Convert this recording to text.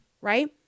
right